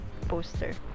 poster